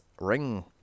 ring